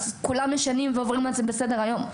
כולם ישנים ועוברים על זה לסדר-היום.